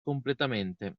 completamente